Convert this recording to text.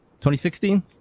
2016